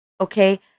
Okay